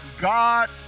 God